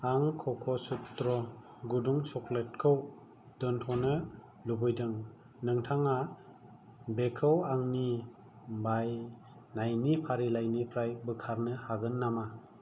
आं कक'सुत्रा गुदुं चक्लेटखौ दोनथ'नो लुबैदों नोंथाङा बेखौ आंनि बायनायनि फारिलाइनिफ्राय बोखारनो हागोन नामा